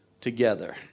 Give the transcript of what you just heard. together